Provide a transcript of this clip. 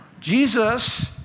Jesus